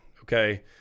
Okay